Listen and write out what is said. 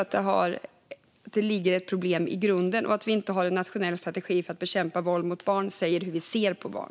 Men jag tror att det finns ett problem i grunden. Att vi inte har en nationell strategi för att bekämpa våld mot barn säger något om hur vi ser på barn.